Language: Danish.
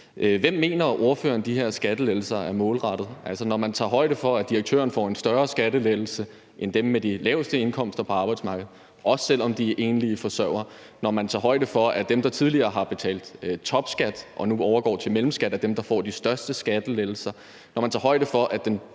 Hvem mener ordføreren at de her skattelettelser er målrettet? Altså, når man tager højde for, at direktøren får en større skattelettelse end dem med de laveste indkomster på arbejdsmarkedet, også selv om de er enlige forsørgere; når man tager højde for, at dem, der tidligere har betalt topskat og nu overgår til mellemskat, er dem, der får de største skattelettelser; når man tager højde for, at de